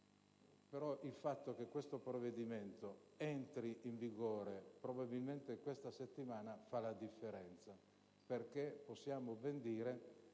però il fatto che questo provvedimento entri in vigore probabilmente già da questa settimana fa la differenza: sarà ben possibile dire